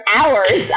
hours